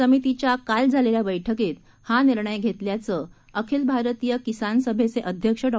समितीच्या काल झालेल्या बैठकीत हा निर्णय घेतल्याचं अखिल भारतीय किसान सभेचे अध्यक्ष डॉ